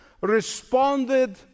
responded